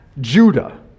judah